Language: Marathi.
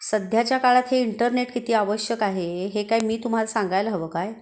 सध्याच्या काळात हे इंटरनेट किती आवश्यक आहे हे काय मी तुम्हाला सांगायला हवं काय